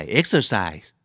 exercise